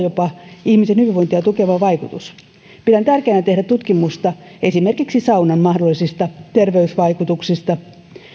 jopa ihmisen hyvinvointia tukeva vaikutus pidän tärkeänä tehdä tutkimusta esimerkiksi saunan mahdollisista terveysvaikutuksista